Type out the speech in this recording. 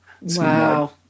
Wow